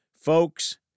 Folks